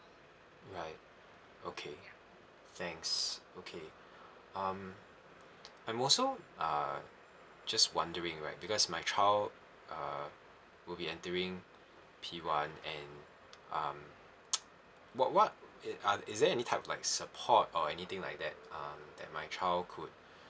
right okay thanks okay um and also uh uh just wondering right because my child uh will be entering p one and um what what uh is there any type of like support or anything like that um that my child could